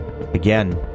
again